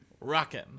Rockin